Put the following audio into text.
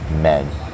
men